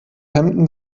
hemden